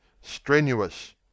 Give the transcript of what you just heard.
strenuous